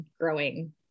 growing